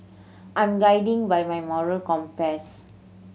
I'm guided by my moral compass